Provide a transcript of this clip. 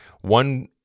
one